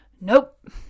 Nope